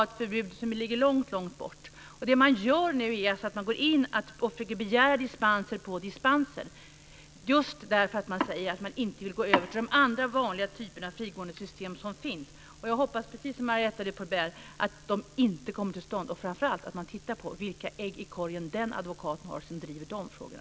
Ett förbud ligger långt fram i tiden. Nu begärs det dispenser efter dispenser därför att man inte vill gå över till de andra vanliga typerna av frigående system. Jag hoppas, precis som Marietta de Pourbaix-Lundin, att dessa dispenser inte kommer till stånd och framför allt att man tittar på vilka ägg i korgen som den advokaten har som driver dessa frågor.